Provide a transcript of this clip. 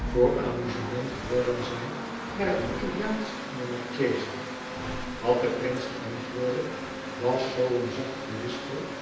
voor amuzement hoorden zij naar het italiaansch van de marchesa wat de prins antwoordde was zoo een zacht gelispel